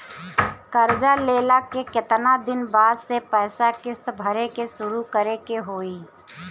कर्जा लेला के केतना दिन बाद से पैसा किश्त भरे के शुरू करे के होई?